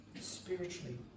spiritually